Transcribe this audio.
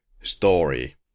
story